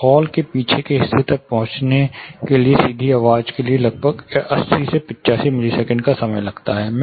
तो हॉल के पीछे के हिस्से तक पहुंचने के लिए सीधी आवाज़ के लिए लगभग 80 से 85 मिलीसेकंड का समय लगता है